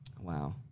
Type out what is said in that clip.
Wow